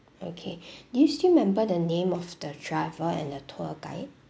okay do you still remember the name of the driver and the tour guide